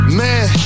man